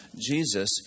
Jesus